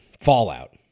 fallout